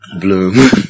Bloom